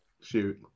Shoot